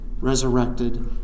resurrected